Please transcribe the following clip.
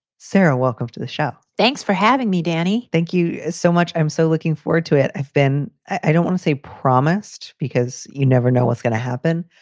sarah, welcome to the show. thanks for having me, danny. thank you so much. i'm so looking forward to it. i've been i don't want to say promised because you never know what's gonna happen.